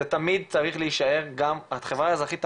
זה תמיד צריך להישען גם על החברה האזרחית,